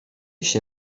się